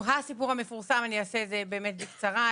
הסיפור המפורסם ואני אעשה את זה באמת בקצרה,